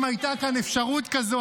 אם הייתה כאן אפשרות כזאת,